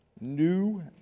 New